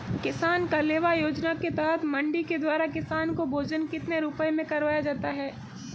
किसान कलेवा योजना के तहत मंडी के द्वारा किसान को भोजन कितने रुपए में करवाया जाता है?